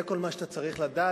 זה כל מה שאתה צריך לדעת,